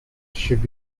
should